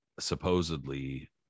supposedly